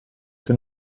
che